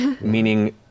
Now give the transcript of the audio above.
Meaning